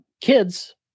kids